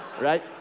right